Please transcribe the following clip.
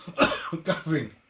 coughing